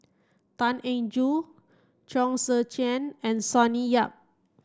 Tan Eng Joo Chong Tze Chien and Sonny Yap